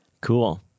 Cool